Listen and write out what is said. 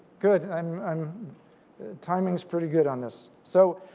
good. um um timing is pretty good on this. so